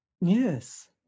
Yes